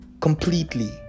completely